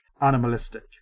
animalistic